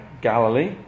Galilee